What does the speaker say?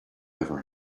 ever